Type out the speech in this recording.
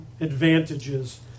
advantages